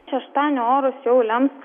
šeštadienio orus jau lems